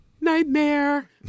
Nightmare